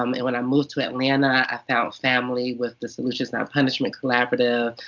um and when i moved to atlanta, i found family with the solutions not punishment collaborative.